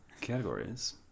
categories